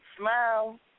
smile